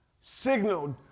signaled